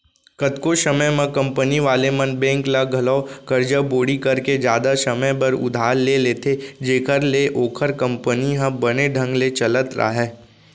कतको समे म कंपनी वाले मन बेंक ले घलौ करजा बोड़ी करके जादा समे बर उधार ले लेथें जेखर ले ओखर कंपनी ह बने ढंग ले चलत राहय